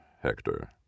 Hector